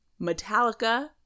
Metallica